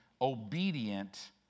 obedient